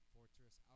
Fortress